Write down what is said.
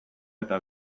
eta